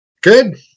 Good